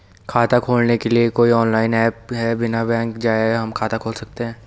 खाता खोलने के लिए कोई ऑनलाइन ऐप है बिना बैंक जाये हम खाता खोल सकते हैं?